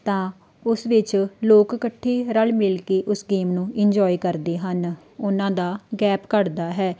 ਤਾਂ ਉਸ ਵਿੱਚ ਲੋਕ ਇਕੱਠੇ ਰਲ ਮਿਲ ਕੇ ਉਸ ਗੇਮ ਨੂੰ ਇੰਜੋਏ ਕਰਦੇ ਹਨ ਉਹਨਾਂ ਦਾ ਗੈਪ ਘੱਟਦਾ ਹੈ